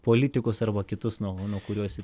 politikus arba kitus nuo nuo kuriuo esi